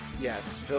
Yes